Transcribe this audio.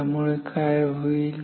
त्यामुळे काय होईल